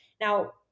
now